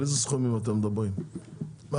על איזה סכומים אתם מדברים מהחברות?